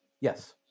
Yes